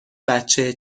بچه